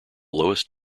lowest